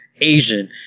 Asian